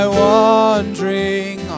wandering